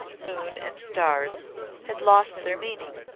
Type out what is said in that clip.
moon, and stars had lost their meaning.